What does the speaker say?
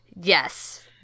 Yes